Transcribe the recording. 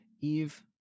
Eve